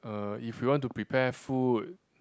uh if we want to prepare food